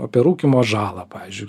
apie rūkymo žalą pavyzdžiui